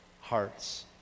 hearts